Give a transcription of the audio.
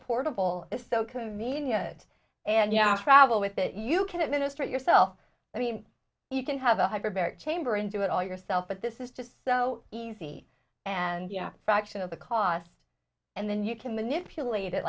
portable it's so comedia it and yeah travel with it you can administer it yourself i mean you can have a hyperbaric chamber and do it all yourself but this is just so easy and fraction of the cost and then you can manipulate it